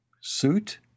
suit